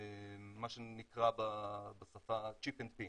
מה שנקרא בשפה chip and pin.